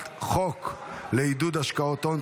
אני קובע כי הצעת חוק הרשויות המקומיות (פטור חיילים,